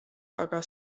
aga